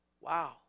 Wow